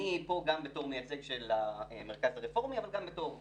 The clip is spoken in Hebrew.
אני מייצג פה את המרכז הרפורמי אבל גם בתור אדם,